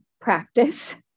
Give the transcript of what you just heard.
practice